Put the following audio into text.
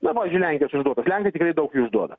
na pavyzdžiui lenkijos išduotas lenkai tikrai daug jų išduoda